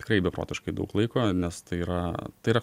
tikrai beprotiškai daug laiko nes tai yra tai yra